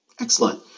Excellent